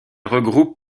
regroupe